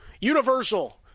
universal